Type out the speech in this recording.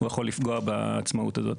הוא יכול לפגוע בעצמאות הזו.